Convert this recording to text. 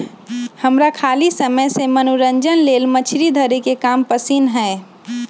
हमरा खाली समय में मनोरंजन लेल मछरी धरे के काम पसिन्न हय